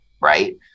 right